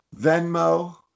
venmo